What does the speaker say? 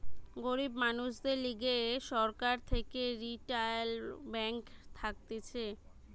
গরিব মানুষদের লিগে সরকার থেকে রিইটাল ব্যাঙ্ক থাকতিছে